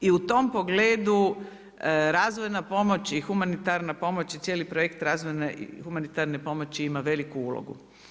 I u tom pogledu razvojna pomoć i humanitarna pomoć i cijeli projekt razvojne humanitarne pomoći ima veliku ulogu.